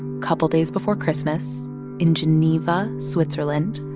couple days before christmas in geneva, switzerland.